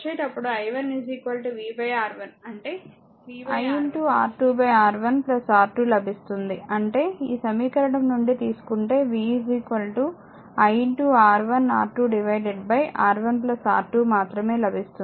అంటే v R1 దీనిని తీసుకుంటే i R2 R1 R2 లభిస్తుంది అంటే ఈ సమీకరణం నుండి తీసుకుంటే v i R1 R2 R1 R2 మాత్రమే లభిస్తుంది